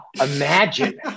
Imagine